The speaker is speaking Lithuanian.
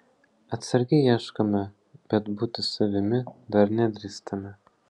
atsargiai ieškome bet būti savimi dar nedrįstame